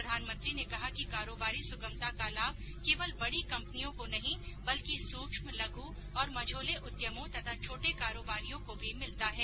प्रधानमंत्री ने कहा कि कारोबारी सुगमता का लाभ केवल बड़ी कंपनियों को नहीं बल्कि सूक्ष्म लघु और मझोले उद्यमों तथा छोटे कारोबारियों को भी मिलता है